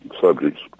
subjects